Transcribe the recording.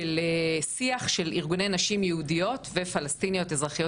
שיח של ארגוני נשים יהודיות ופלסטיניות אזרחיות